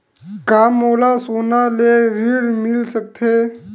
का मोला सोना ले ऋण मिल सकथे?